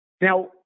Now